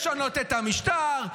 לשנות את המשטר,